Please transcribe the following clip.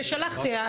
חוץ מכמה תושבים יש.